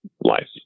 life